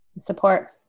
support